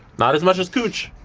not as much as kuch.